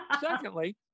Secondly